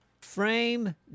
frame